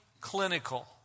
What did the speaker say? clinical